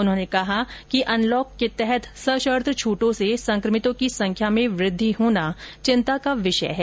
उन्होंने कहा कि अनलॉक के तहत सशर्त छूटों से संक्रमितों की संख्या में वृद्वि होना चिंता का विषय है